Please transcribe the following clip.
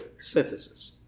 synthesis